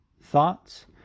Thoughts